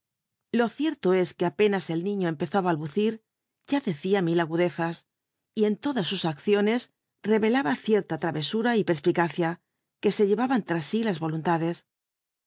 lo cierto es que apenas el niño emp zó á balbucir ya decía mil agudezas y en todas sus acciones revelaba cierta tra eura y pcr picacia que se llevaban tras sí las voluntades